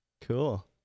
Cool